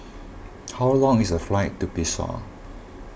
how long is the flight to Bissau